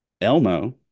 Elmo